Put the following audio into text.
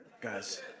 guys